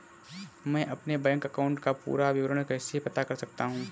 मैं अपने bank account का पूरा विवरण कैसे पता कर सकता हूँ?